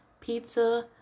pizza